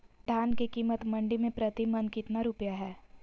धान के कीमत मंडी में प्रति मन कितना रुपया हाय?